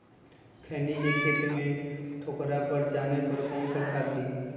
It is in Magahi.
खैनी के खेत में ठोकरा पर जाने पर कौन सा खाद दी?